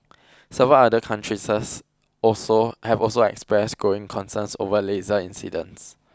several other countries also have also expressed growing concerns over laser incidents